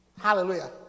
Hallelujah